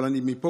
אבל מפה,